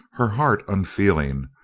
her heart unfeeling,